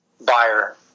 buyer